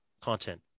content